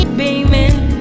beaming